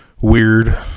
weird